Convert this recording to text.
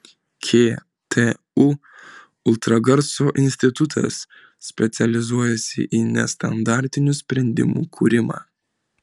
ktu ultragarso institutas specializuojasi į nestandartinių sprendimų kūrimą